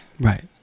Right